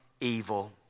evil